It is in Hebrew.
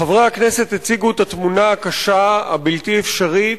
חברי הכנסת הציגו את התמונה הקשה, הבלתי-אפשרית,